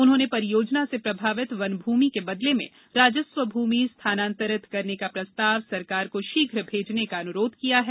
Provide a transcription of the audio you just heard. उन्होंने परियोजना से प्रभावित वनभूमि के बदले में राजस्व भूमि स्थानांतरित करने का प्रस्ताव सरकार को शीघ्र भेजने का अनुरोध किया है